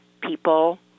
people